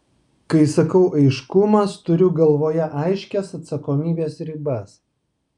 kai sakau aiškumas turiu galvoje aiškias atsakomybės ribas